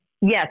Yes